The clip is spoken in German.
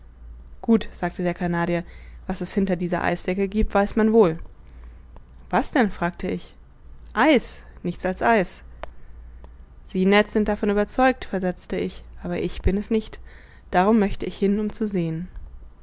gut sagte der canadier was es hinter dieser eisdecke giebt weiß man wohl was denn fragte ich eis nichts als eis sie ned sind davon überzeugt versetzte ich aber ich bin es nicht darum möchte ich hin um zu sehen